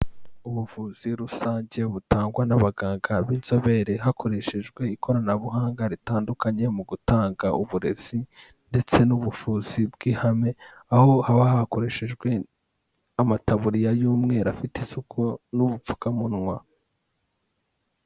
Ubuvuzi rusange butangwa n'abaganga b'inzobere hakoreshejwe ikoranabuhanga ritandukanye mu gutanga uburezi ndetse n'ubuvuzi bw'ihame, aho haba hakoreshejwe amataburiya y'umweru afite isuku n'ubupfukamunwa.